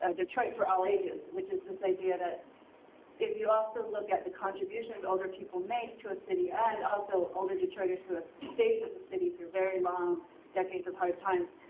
ah detroit for all ages, which is this idea that if you also look at the contributions older people make to a city and also older detroiters who have stayed with the city through very long decades of hard times,